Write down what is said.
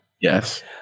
Yes